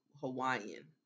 Hawaiian